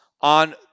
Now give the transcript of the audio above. on